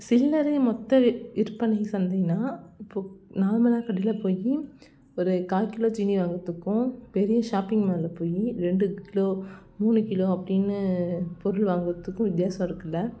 சில்லறை மொத்த விற்பனை சந்தைன்னால் இப்போது நார்மலாக கடையில் போய் ஒரு கால்கிலோ சீனி வாங்கிறத்துக்கும் பெரிய ஷாப்பிங் மால்ல போய் ரெண்டு கிலோ மூணு கிலோ அப்படின்னு பொருள் வாங்குகிறத்துக்கும் வித்தியாசம் இருக்குதுல்ல